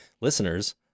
listeners